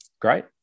great